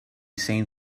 seen